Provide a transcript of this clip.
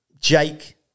Jake